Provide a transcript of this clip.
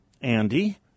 Andy